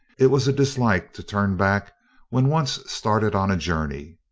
it was a dislike to turn back when once started on a journey.